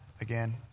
again